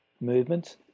movement